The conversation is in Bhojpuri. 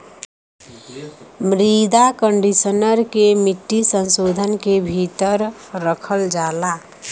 मृदा कंडीशनर के मिट्टी संशोधन के भीतर रखल जाला